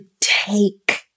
take